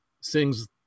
sings